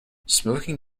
smoking